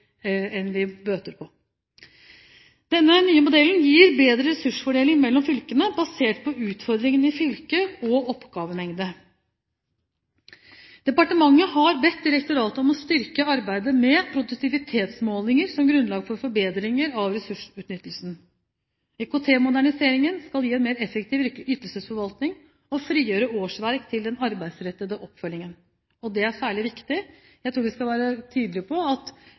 bøter på. Denne nye modellen gir bedre ressursfordeling mellom fylkene basert på utfordringene i fylket og oppgavemengde. Departementet har bedt direktoratet om å styrke arbeidet med produktivitetsmålinger som grunnlag for forbedringer av ressursutnyttelsen. IKT-moderniseringen skal gi en mer effektiv ytelsesforvaltning og frigjøre årsverk til den arbeidsrettede oppfølgingen. Det er særlig viktig. Jeg tror vi skal være tydelig på at